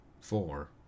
Four